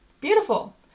Beautiful